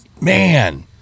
man